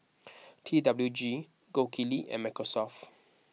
T W G Gold Kili and Microsoft